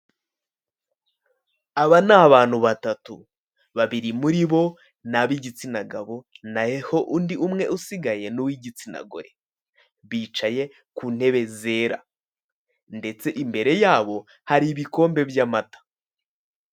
Aba ni abantu batatu babiri muri bo ni ab'igitsina gabo naho undi umwe usigaye ni uw'igitsina gore, bicaye ku ntebe zera ndetse imbere yabo hari ibikombe by'amata.